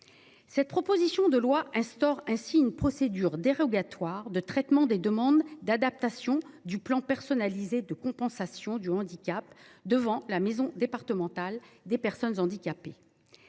Cette proposition de loi instaure ainsi une procédure dérogatoire de traitement des demandes d’adaptation du plan personnalisé de compensation du handicap devant la MDPH. Elle introduit par ailleurs